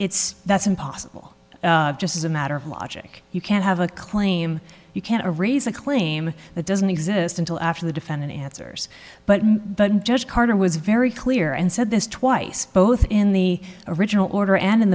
it's that's impossible just as a matter of logic you can't have a claim you can't raise a claim that doesn't exist until after the defendant answers but the judge carter was very clear and said this twice both in the original order and in